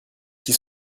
qui